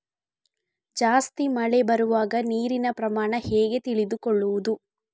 ಜಾಸ್ತಿ ಮಳೆ ಬರುವಾಗ ನೀರಿನ ಪ್ರಮಾಣ ಹೇಗೆ ತಿಳಿದುಕೊಳ್ಳುವುದು?